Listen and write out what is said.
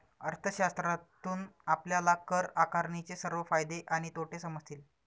अर्थशास्त्रातून आपल्याला कर आकारणीचे सर्व फायदे आणि तोटे समजतील